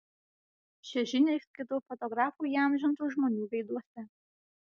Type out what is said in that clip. šią žinią išskaitau fotografų įamžintų žmonių veiduose